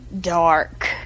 dark